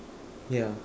yeah